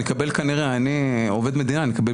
אז אני אקבל איזה דיל.